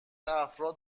افراد